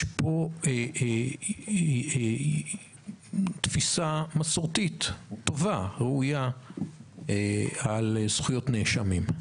יש פה תפיסה מסורתית טובה וראויה על זכויות נאשמים.